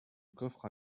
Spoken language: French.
coffre